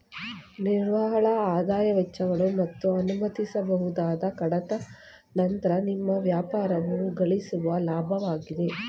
ನಿವ್ವಳಆದಾಯ ವೆಚ್ಚಗಳು ಮತ್ತು ಅನುಮತಿಸಬಹುದಾದ ಕಡಿತಗಳ ನಂತ್ರ ನಿಮ್ಮ ವ್ಯಾಪಾರವು ಗಳಿಸುವ ಲಾಭವಾಗಿದೆ